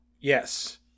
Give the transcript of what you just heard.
Yes